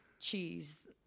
cheese